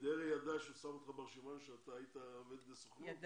דרעי ידע כשהוא שם אותך ברשימה שאתה היית עובד הסוכנות היהודית?